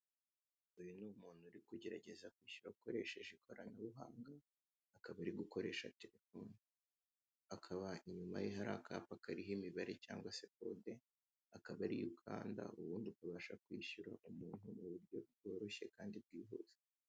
Uyu ni umuntu uri kugereageza kwishyura akoresheje ikoranabuhanga, akaba ari gukoresha telefone. Akaba inyuma ye hari akapa kariho imibare cyangwa se kode akaba ariyo ukanda ubundi ukabasha kwishyura umuntu mu buryo bworoshye kandi bwihuse.